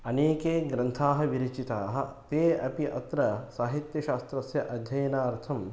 अनेके ग्रन्थाः विरीचिताः ते अपि अत्र साहित्यशास्त्रस्य अध्ययनार्थं